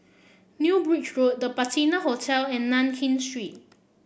New Bridge Road The Patina Hotel and Nankin Street